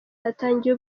hatangiye